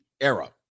era